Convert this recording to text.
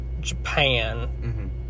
Japan